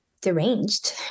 deranged